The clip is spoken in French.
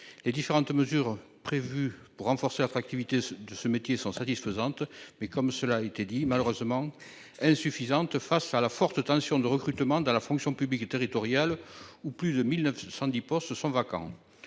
les différentes mesures prévues pour renforcer l'attractivité de ce métier sont satisfaisantes, mais comme cela a été dit malheureusement insuffisante face à la forte tension de recrutement dans la fonction publique territoriale où plus de 1970 postes sont vacants.